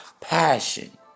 passion